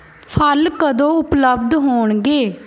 ਫ਼ਲ ਕਦੋਂ ਉਪਲੱਬਧ ਹੋਣਗੇ